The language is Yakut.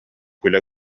күлэ